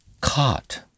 caught